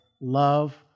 Love